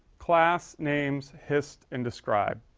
class, names, hist and describe.